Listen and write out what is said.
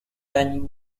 when